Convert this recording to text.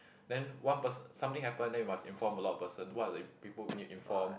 then one person something happen then we must inform a lot of person what the people we need inform